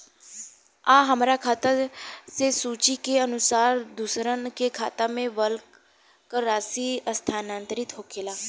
आ हमरा खाता से सूची के अनुसार दूसरन के खाता में बल्क राशि स्थानान्तर होखेला?